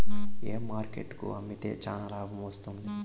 ఏ market కు అమ్మితే చానా లాభం వస్తుంది?